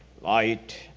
Light